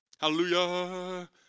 Hallelujah